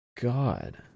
God